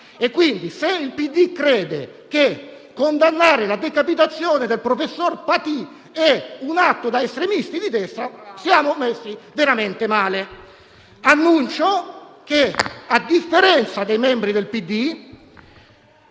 Quindi, se il PD crede che condannare la decapitazione del professor Paty sia un atto da estremisti di destra siamo messi veramente male. Annuncio che, a differenza dei membri del PD,